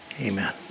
Amen